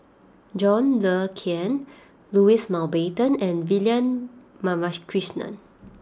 John Le Cain Louis Mountbatten and Vivian Balakrishnan